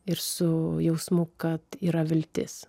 ir su jausmu kad yra viltis